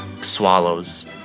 swallows